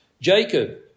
Jacob